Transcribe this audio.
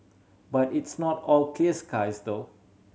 but it's not all clear skies though